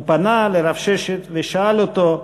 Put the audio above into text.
הוא פנה לרב ששת ושאל אותו: